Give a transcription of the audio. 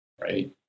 right